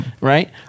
Right